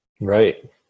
Right